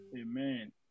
Amen